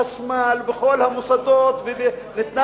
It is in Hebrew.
והם היו בחברת חשמל ובכל המוסדות וניתנה